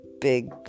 big